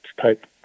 type